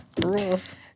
Rules